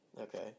Okay